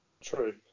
True